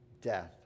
death